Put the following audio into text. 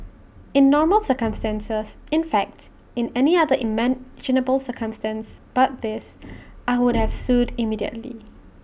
in normal circumstances in fact in any other imaginable circumstance but this I would have sued immediately